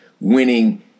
winning